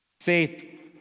Faith